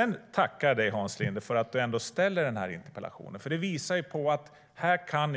Jag tackar dig, Hans Linde, för att du ställer denna interpellation. Det visar att